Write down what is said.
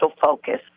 focus